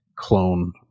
clone